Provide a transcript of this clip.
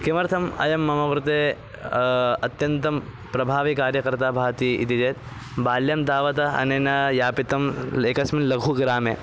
किमर्थम् अयं मम कृते अत्यन्तं प्रभावीकार्यकर्ता भाति इति चेत् बाल्यं तावत् अनेन यापितम् एकस्मिन् लघु ग्रामे